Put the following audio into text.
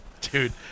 Dude